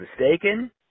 mistaken